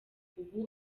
ubu